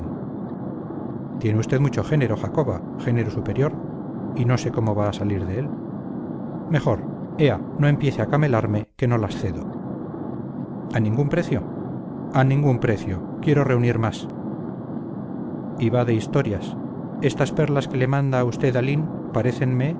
tiene usted mucho género jacoba género superior y no sé cómo va a salir de él mejor ea no empiece a camelarme que no las cedo a ningún precio a ningún precio quiero reunir más y va de historias estas perlas que le manda a usted aline parécenme no